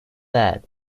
dead